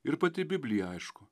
ir pati biblija aišku